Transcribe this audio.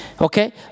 okay